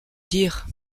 dire